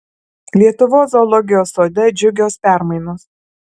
lietuvos zoologijos sode džiugios permainos